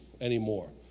anymore